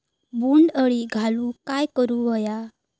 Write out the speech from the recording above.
बोंड अळी घालवूक काय करू व्हया?